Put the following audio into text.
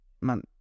man